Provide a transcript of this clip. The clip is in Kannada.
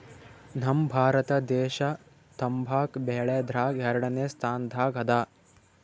ನಮ್ ಭಾರತ ದೇಶ್ ತಂಬಾಕ್ ಬೆಳ್ಯಾದ್ರಗ್ ಎರಡನೇ ಸ್ತಾನದಾಗ್ ಅದಾ